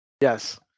Yes